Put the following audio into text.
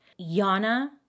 Yana